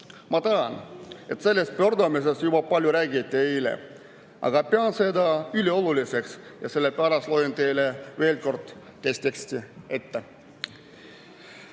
Ma tean, et sellest pöördumisest räägiti palju juba eile, aga pean seda ülioluliseks ja sellepärast loen teile veel kord selle teksti ette.